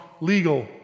legal